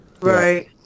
Right